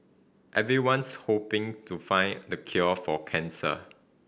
everyone's hoping to find the cure for cancer